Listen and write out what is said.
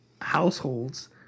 households